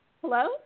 Hello